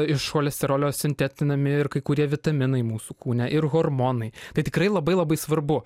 iš cholesterolio sintetinami ir kai kurie vitaminai mūsų kūne ir hormonai tai tikrai labai labai svarbu